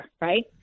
Right